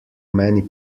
many